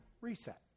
reset